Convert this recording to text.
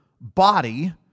body